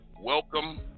welcome